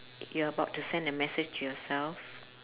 you're about to send a message to yourself